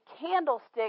candlestick